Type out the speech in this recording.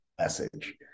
message